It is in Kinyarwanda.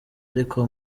ariko